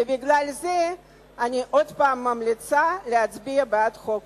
ובגלל זה אני עוד פעם ממליצה להצביע בעד החוק.